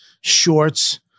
shorts